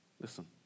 listen